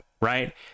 right